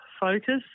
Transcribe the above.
focus